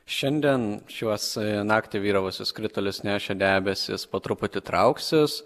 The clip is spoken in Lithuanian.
šiandien šiuos naktį vyravusius kritulius nešę debesys po truputį trauksis